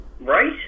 Right